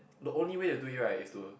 the only way to do it right is to